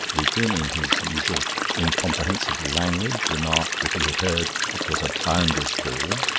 lupin, in his usual incomprehensible language, remarked that he had heard it was a bounders' ball.